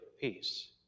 peace